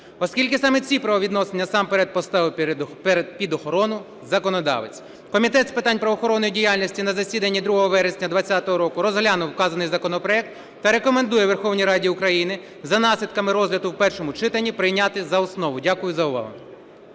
оскільки саме ці правовідносини насамперед поставив під охорону законодавець. Комітет з питань правоохоронної діяльності на засіданні 2 вересня 20-го року розглянув вказаний законопроект та рекомендує Верховній Раді України за наслідками розгляду в першому читанні прийняти за основу. Дякую за увагу.